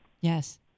Yes